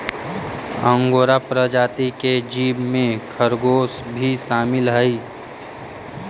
angora प्रजाति के जीव में खरगोश भी शामिल हई